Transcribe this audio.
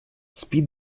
спит